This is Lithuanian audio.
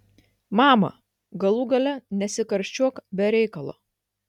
mama galų gale nesikarščiuok be reikalo